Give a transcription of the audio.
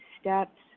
steps